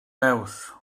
neus